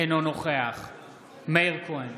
אינו נוכח מאיר כהן,